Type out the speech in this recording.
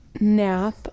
nap